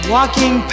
Walking